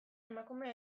emakume